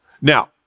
Now